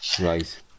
Right